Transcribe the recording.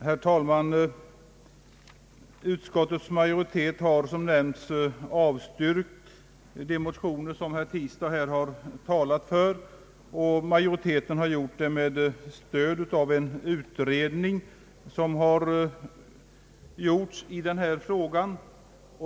Herr talman! Utskottets majoritet har som nämnts avstyrkt de motioner herr Tistad här har talat för, och man har gjort det med stöd av en utredning i denna fråga.